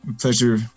Pleasure